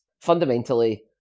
fundamentally